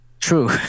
True